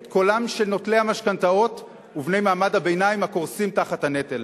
את קולם של נוטלי המשכנתאות ובני מעמד הביניים הקורסים תחת הנטל,